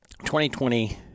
2020